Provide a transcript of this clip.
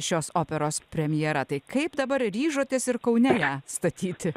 šios operos premjera tai kaip dabar ryžotės ir kaune ją statyti